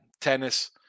tennis